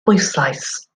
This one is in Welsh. bwyslais